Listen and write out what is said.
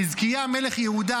חזקיה מלך יהודה,